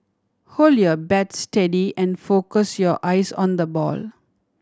hold your bat steady and focus your eyes on the ball